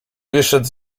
wyszedł